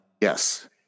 Yes